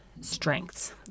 strengths